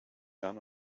gun